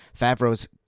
Favreau's